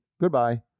Goodbye